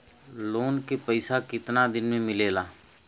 Loan के पैसा कितना दिन मे मिलेला?